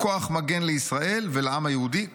כוח מגן לישראל ולעם היהודי כולו.